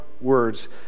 words